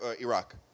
Iraq